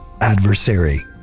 adversary